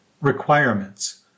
Requirements